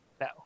No